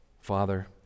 Father